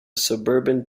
suburban